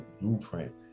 blueprint